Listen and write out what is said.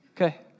Okay